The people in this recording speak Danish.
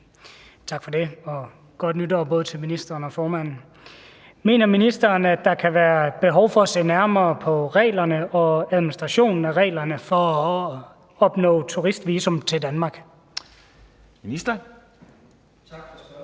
Tak for det, og godt nytår til både ministeren og formanden. Mener ministeren, at der kan være behov for at se nærmere på reglerne og administrationen af reglerne for at opnå turistvisum til Danmark? Kl. 14:28 Formanden